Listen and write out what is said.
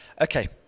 okay